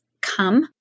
come